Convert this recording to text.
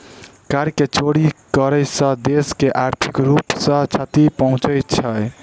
कर के चोरी करै सॅ देश के आर्थिक रूप सॅ क्षति पहुँचे छै